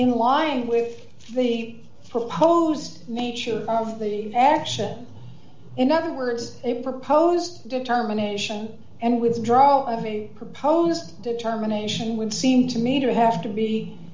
in line with the proposed nature of the action in other words a proposed determination and withdrawal of a proposed determination would seem to me to have to